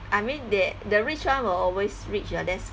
I mean that the rich one will always rich [what] that's